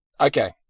Okay